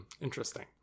Interesting